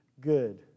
good